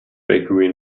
bakery